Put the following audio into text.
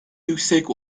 yüksek